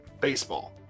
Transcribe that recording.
baseball